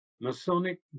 Masonic